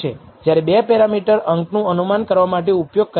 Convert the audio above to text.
જ્યારે 2 પેરામીટર અંકનું અનુમાન કરવા માટે ઉપયોગ કરેલ છે